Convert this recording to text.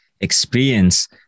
experience